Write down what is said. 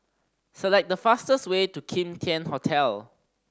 select the fastest way to Kim Tian Hotel